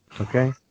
Okay